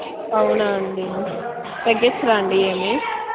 అవునా అండి తగ్గించర అండి ఏమి